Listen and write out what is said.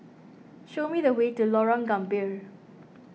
show me the way to Lorong Gambir